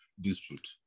dispute